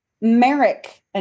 Merrick &